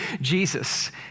Jesus